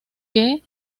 que